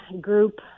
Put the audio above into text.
group